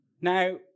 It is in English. Now